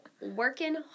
working